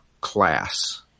class